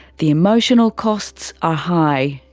the emotional costs are high.